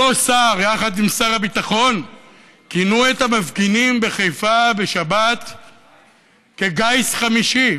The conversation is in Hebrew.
אותו שר ושר הביטחון כינו את המפגינים בחיפה בשבת גיס חמישי,